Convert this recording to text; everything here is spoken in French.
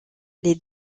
les